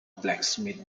blacksmith